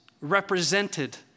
represented